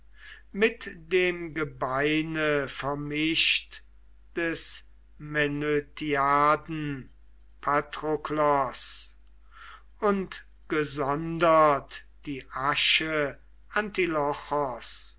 mit dem gebeine vermischt des menötiaden patroklos und gesondert die asche